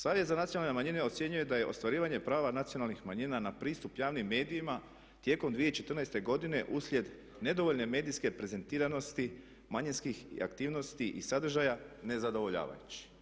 Savjet za nacionalne manjine ocjenjuje da je ostvarivanje prava nacionalnih manjina na pristup javnim medijima tijekom 2014. godine uslijed nedovoljne medijske prezentiranosti manjinskih aktivnosti i sadržaja ne zadovoljavajući.